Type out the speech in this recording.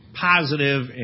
positive